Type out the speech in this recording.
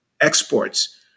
exports